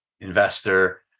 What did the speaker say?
investor